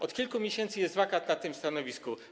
Od kilku miesięcy jest wakat na tym stanowisku.